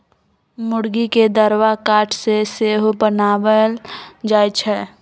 मूर्गी के दरबा काठ से सेहो बनाएल जाए छै